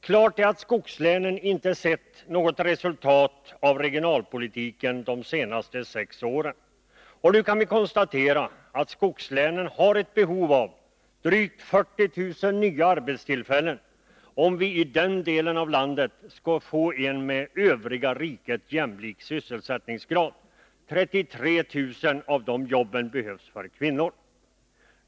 Klart är att skogslänen inte har sett något positivt resultat av regionalpolitiken de senaste sex åren. Nu kan vi konstatera att skogslänen har ett behov av drygt 40 000 nya arbetstillfällen, om vi i den delen av landet skall kunna få en sysselsättningsgrad, som är jämlik med det övriga rikets. 33 000 av dessa arbeten behövs för kvinnor.